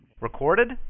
Recorded